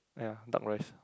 !aiya! duck rice